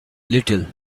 little